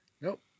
Nope